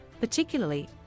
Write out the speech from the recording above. particularly